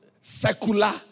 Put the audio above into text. secular